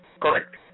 Correct